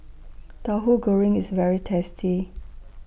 Tauhu Goreng IS very tasty